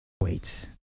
wait